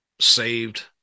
saved